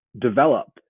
develop